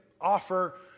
offer